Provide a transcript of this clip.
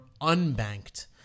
unbanked